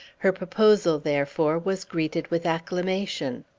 her proposal, therefore, was greeted with acclamation.